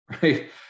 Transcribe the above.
right